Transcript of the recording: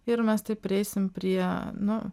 ir mes taip prieisim prie nu